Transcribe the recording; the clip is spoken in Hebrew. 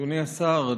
אדוני השר,